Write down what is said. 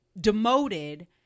demoted